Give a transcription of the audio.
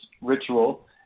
ritual